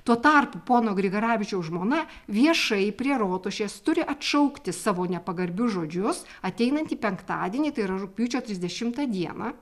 tuo tarpu pono grigaravičiaus žmona viešai prie rotušės turi atšaukti savo nepagarbius žodžius ateinantį penktadienį tai yra rugpjūčio trisdešimtą dieną